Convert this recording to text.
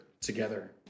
together